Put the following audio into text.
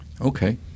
Okay